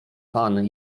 pan